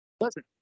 Listen